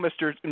Mr